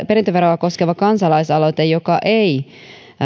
perintöveroa koskeva kansalaisaloite joka ei